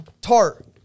Tart